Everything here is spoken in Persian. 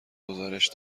گزارش